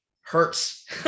hurts